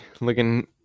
looking